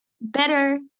better